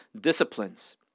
disciplines